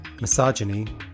misogyny